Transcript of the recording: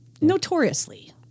notoriously